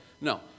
No